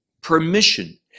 permission